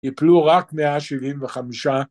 יפלו רק 175.